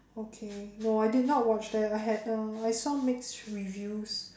okay no I did not watch that I had uh I saw mixed reviews